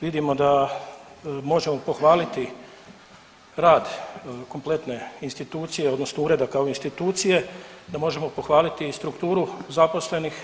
Vidimo da možemo pohvaliti rad kompletne institucije odnosno ureda kao institucije, da možemo pohvaliti i strukturu zaposlenih.